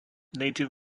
native